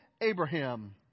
Abraham